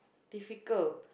difficult